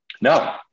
No